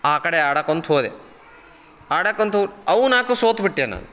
ಆ ಕಡೆ ಆಡಕಳ್ತಾ ಹೋದೆ ಆಡಕಳ್ತಾ ಹೋದೆ ಅವ ನಾಲ್ಕು ಸೋತ್ಬಿಟ್ಟೆ ನಾ